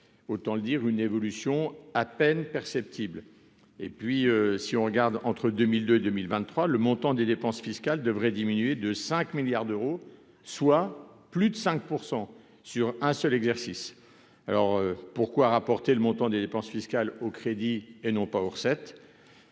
autant le dire, une évolution à peine perceptible et puis si on regarde entre 2002 2023, le montant des dépenses fiscales devraient diminuer de 5 milliards d'euros, soit plus de 5 % sur un seul exercice alors pourquoi, a rapporté le montant des dépenses fiscales au crédit et non pas aux recettes,